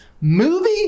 movie